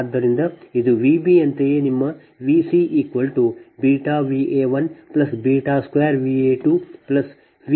ಆದ್ದರಿಂದ ಇದು V b ಯಂತೆಯೇ ನಿಮ್ಮVcβVa12Va2Va0